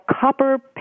copper